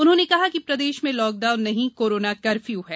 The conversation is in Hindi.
उन्होंने कहा कि प्रदेश में लॉक डाउन नहीं कोरोना कर्फ्यू है